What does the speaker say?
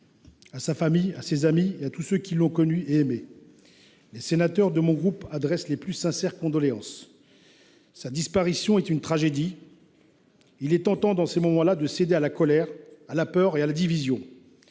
À sa famille, à ses amis, à tous ceux qui l’ont connu et aimé, les sénateurs de mon groupe adressent leurs plus sincères condoléances. Sa disparition est une tragédie. Il est tentant, dans ces moments là, de céder à la colère, à la peur et à la division.